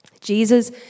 Jesus